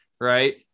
Right